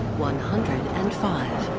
one hundred and five.